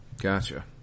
Gotcha